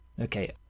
Okay